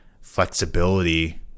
flexibility